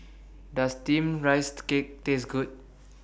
Does Steamed Rice and Cake Taste Good